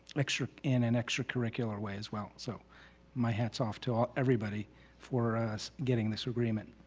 extra in an extracurricular way as well, so my hats off to ah everybody for us getting this agreement.